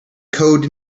code